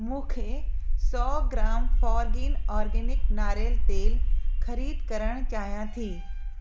मूंखे सौ ग्राम फोरग्रीन ऑर्गेनिक नारियल तेल ख़रीद करणु चाहियां थी